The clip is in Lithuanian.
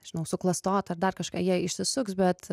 žinau suklastota ar dar kažką jie išsisuks bet